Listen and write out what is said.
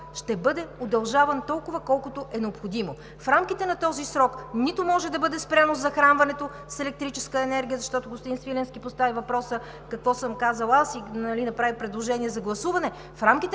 ще бъде удължаван толкова, колкото е необходимо. В рамките на този срок нито може да бъде спряно захранването с електрическа енергия, защото господин Свиленски постави въпроса какво съм казала аз и направи предложение за гласуване в рамките